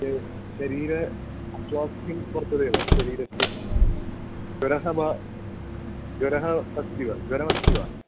शरीर अस्वास्थ्यं वर्तते वा शरीरस्य ज्वरः वा ज्वरः अस्ति वा ज्वरमस्ति वा